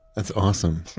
that's awesome.